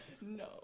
No